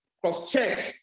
cross-check